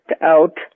out